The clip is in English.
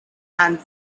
and